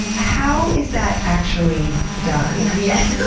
how is that actually done? yeah